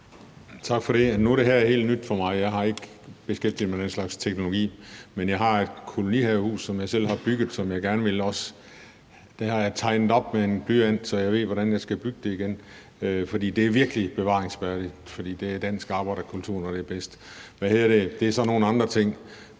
Tak for det. Nu er det her helt nyt for mig. Jeg har ikke beskæftiget mig med den slags teknologi. Men jeg har et kolonihavehus, som jeg selv har bygget. Det har jeg tegnet op med en blyantstegning, så jeg ved, hvordan jeg skal bygge det igen, for det er virkelig bevaringsværdigt, for det er dansk arbejderkultur, når det er bedst. Det er så nogle andre ting.